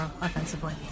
offensively